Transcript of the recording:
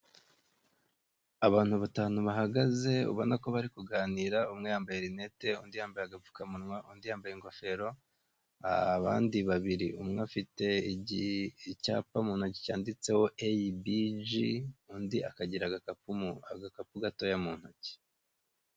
Abantu batanu bahagaze ubona ko bari kuganira, umwe yambaye rinete, undi yambaye agapfukamunwa, undi yambaye ingofero, abandi babiri umwe afite icyapa mu ntoki cyanditseho ABG, undi akagira agakapu gatoya mu ntoki.